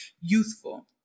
youthful